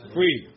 Free